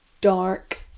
dark